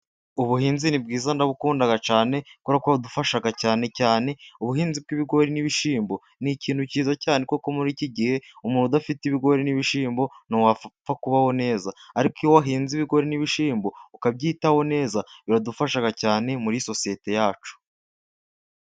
Ubuhinzi ni bwiza ndabukunda cyane, kubera ko buradufasha cyane cyane, ubuhinzi bwi'ibigori n'ibishimbo ni ikintu cyiza cyane, kuko muri iki gihe umuntu udafite ibigori n'ibishimbo, ntabwo wapfa kubaho neza, ariko iyo uhinze ibigori n'ibishimbo, ukabyitaho neza biradufashag cyane, muri sosiyete yacu.